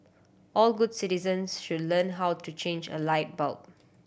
all good citizens should learn how to change a light bulb